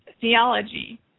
theology